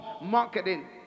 marketing